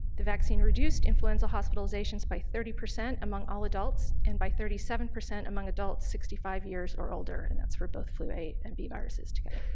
the vaccine reduced influenza hospitalizations by thirty percent among all adults adults and by thirty seven percent among adults sixty five years or older and that's for both flu a and b viruses together.